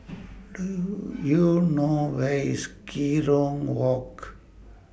Do YOU know Where IS Kerong Walk